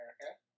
America